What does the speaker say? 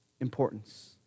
importance